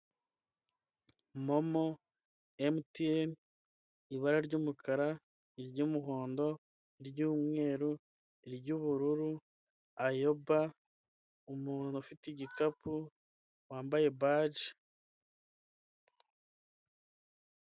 Momo, emutiyene, ibara ry'umukara, iry'umuhondo, iry'umweru, iry'ubururu, ayoba, umuntu ufite igikapu wambaye baji.